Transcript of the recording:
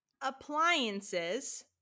appliances